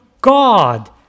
God